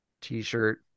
t-shirt